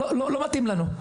לא מתאים לנו.